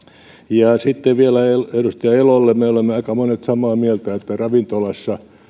sitten vielä edustaja elolle me olemme aika monet samaa mieltä että ravintolassa